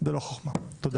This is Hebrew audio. תודה.